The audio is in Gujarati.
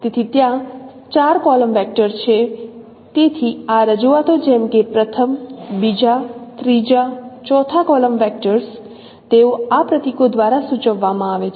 તેથી ત્યાં 4 કોલમ વેક્ટર છે તેથી આ રજૂઆતો જેમ કે પ્રથમ બીજા ત્રીજા ચોથા કોલમ વેક્ટર્સ તેઓ આ પ્રતીકો દ્વારા સૂચવવામાં આવે છે